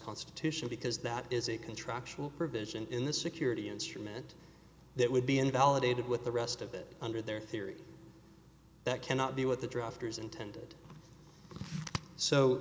constitution because that is a contractual provision in the security instrument that would be invalidated with the rest of it under their theory that cannot be what the drafters intended so